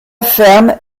ferme